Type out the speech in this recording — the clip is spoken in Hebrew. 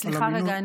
סליחה רגע,